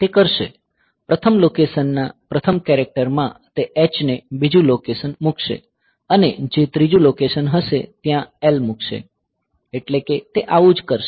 તે કરશે પ્રથમ લોકેશન ના પ્રથમ કેરેક્ટર માં તે Hને બીજું લોકેશન મૂકશે અને જે ત્રીજું લોકેશન હશે ત્યાં L મૂકશે એટલે કે તે આવુંજ કરશે